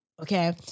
Okay